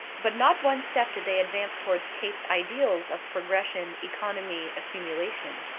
but not one step did they advance toward kate's ideals of progression, economy, accumulation.